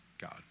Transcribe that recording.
God